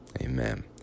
Amen